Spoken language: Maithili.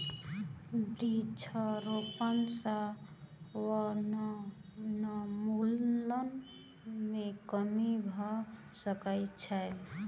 वृक्षारोपण सॅ वनोन्मूलन मे कमी भ सकै छै